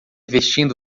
vestindo